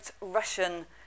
Russian